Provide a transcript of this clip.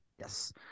Yes